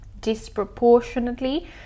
disproportionately